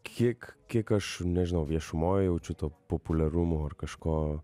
kiek kiek aš nežinau viešumoj jaučiu to populiarumo ar kažko